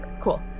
Cool